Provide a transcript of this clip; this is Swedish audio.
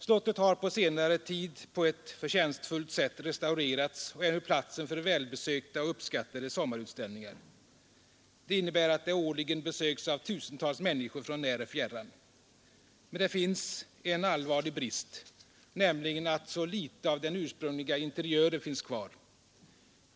Slottet har på senare tid på ett förtjänstfullt sätt restaurerats och är nu platsen för välbesökta och uppskattade sommarutställningar. Det innebär att det årligen besöks av tusentals människor från när och fjärran. Men det finns en allvarlig brist, nämligen att så litet av den ursprungliga interiören finns kvar.